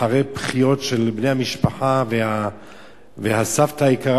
אחרי בכיות של בני המשפחה והסבתא היקרה,